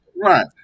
Right